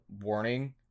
warning